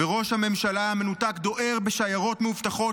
וראש הממשלה המנותק דוהר בשיירות מאובטחות